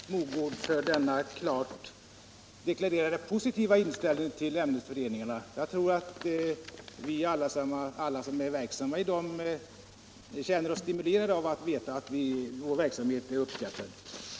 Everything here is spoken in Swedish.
Herr talman! Jag ber att få tacka fru Mogård för denna klart deklarerade positiva inställning till ämnesföreningarna. Jag tror att alla som är verksamma i dem känner sig stimulerade av att veta att denna verksamhet är uppskattad.